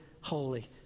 holy